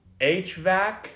HVAC